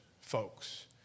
folks